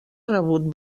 rebut